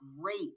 great